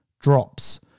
drops